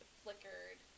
flickered